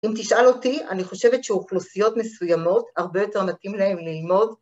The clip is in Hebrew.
אם תשאל אותי, אני חושבת שאוכלוסיות מסוימות, הרבה יותר מתאים להן ללמוד.